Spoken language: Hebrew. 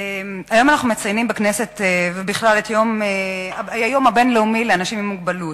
היום אנחנו מציינים בכנסת ובכלל את היום הבין-לאומי לאנשים עם מוגבלות.